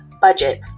budget